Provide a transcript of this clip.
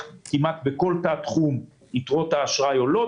כמעט בכל תת-תחום יתרות האשראי עולות,